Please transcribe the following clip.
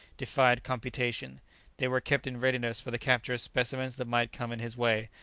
defied computation they were kept in readiness for the capture of specimens that might come in his way,